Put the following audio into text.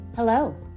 Hello